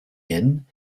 inn